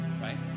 right